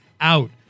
out